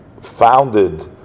founded